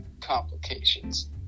Complications